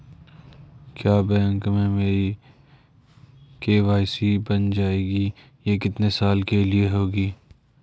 क्या बैंक में मेरी के.सी.सी बन जाएगी ये कितने साल के लिए होगी?